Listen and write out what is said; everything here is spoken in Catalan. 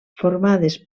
formades